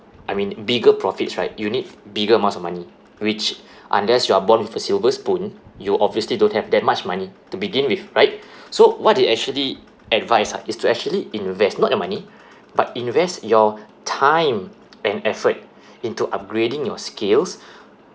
I mean bigger profits right you need bigger amounts of money which unless you are born with a silver spoon you obviously don't have that much money to begin with right so what they actually advise ah is to actually invest not your money but invest your time and effort into upgrading your skills